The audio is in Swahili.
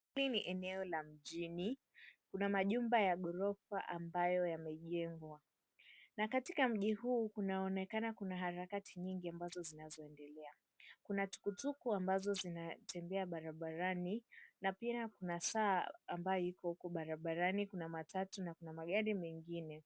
Hili ni eneo la mjini kuna majumba ya ghorofa ambayo yamejengwa. Na katika mji huu kunaonekana kuna harakati nyingi ambazo zinazoendelea, kuna tukutuku ambazo zinatembea barabarani, na pia kuna saa ambayo iko huko barabarani, kuna matatu na kuna magari mengine.